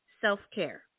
self-care